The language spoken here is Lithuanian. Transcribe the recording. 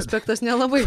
aspektas nelabai